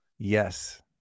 yes